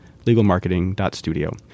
legalmarketing.studio